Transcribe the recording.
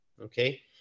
okay